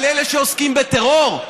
על אלה שעוסקים בטרור?